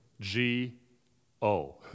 G-O